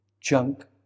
junk